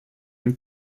une